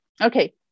Okay